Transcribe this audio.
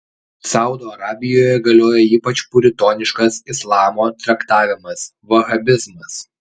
saudo arabijoje galioja ypač puritoniškas islamo traktavimas vahabizmas